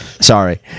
Sorry